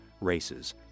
races